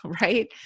right